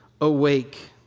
awake